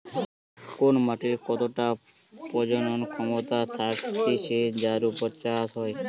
কোন মাটির কতটা প্রজনন ক্ষমতা থাকতিছে যার উপর চাষ হয়